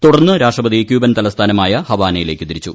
തുടർന്ന് രാഷ്ട്രപതി ക്യൂബൻ തലസ്ഥാനമായ ഹവാനയിലേക്ക് തിരിച്ചു